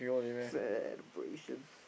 sad abrasions